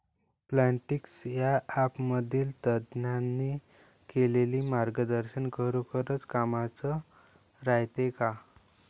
Plantix या ॲपमधील तज्ज्ञांनी केलेली मार्गदर्शन खरोखरीच कामाचं रायते का?